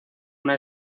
una